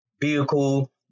vehicle